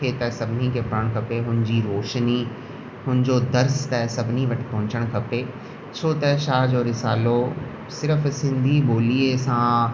खे त सभिनी खे पढ़णु खपे हुनजी रोशिनी हुनजो दर्स्त त सभिनी खे वटि पहुचणु खपे छो त शाह जो रिसालो सिर्फ़ु सिंधी ॿोलीअ सां